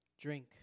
drink